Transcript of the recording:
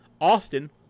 Austin